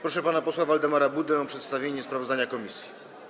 Proszę pana posła Waldemara Budę o przedstawienie sprawozdania komisji.